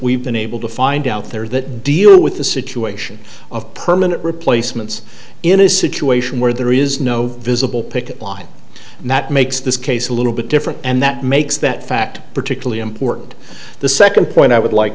we've been able to find out there that deal with the situation of permanent replacements in a situation where there is no visible picket line and that makes this case a little bit different and that makes that fact particularly important the second point i would like